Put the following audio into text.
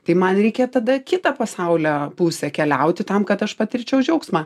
tai man reikia tada kitą pasaulio pusę keliauti tam kad aš patirčiau džiaugsmą